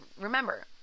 remember